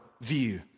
view